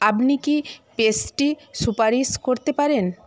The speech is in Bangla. আপনি কি পেস্ট্রি সুপারিশ করতে পারেন